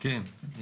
כן.